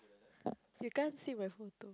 you can't see my photo